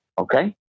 Okay